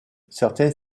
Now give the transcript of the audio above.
certains